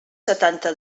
setanta